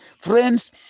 friends